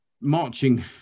Marching